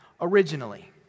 originally